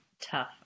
tough